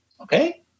Okay